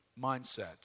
mindset